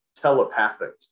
telepathic